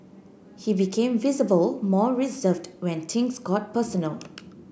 he became visible more reserved when things got personal